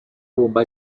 bomba